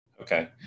Okay